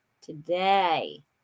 Today